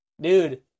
Dude